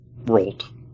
rolled